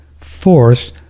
force